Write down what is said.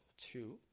Two